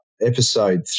episode